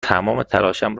تلاشم